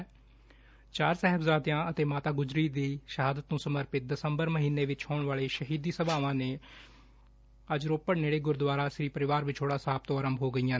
ਚਾਰ ਸਾਹਿਬਜ਼ਾਦਿਆਂ ਅਤੇ ਮਾਤਾ ਗੁਜਰੀ ਦੀ ਸ਼ਹਾਦਤ ਨੂੰ ਸਮਰਪਿਤ ਦਸੰਬਰ ਮਹੀਨੇ ਵਿੱਚ ਹੋਣ ਵਾਲੀਆਂ ਸ਼ਹੀਦੀ ਸਭਾਵਾਂ ਅੱਜ ਰੋਪੜ ਨੇੜੇ ਗੁਰਦੁਆਰਾ ਸ੍ਰੀ ਪਰਿਵਾਰ ਵਿਛੋੜਾ ਸਾਹਿਬ ਤੋਂ ਆਰੰਭ ਹੋ ਗਈਆ ਹਨ